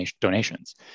donations